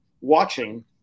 watching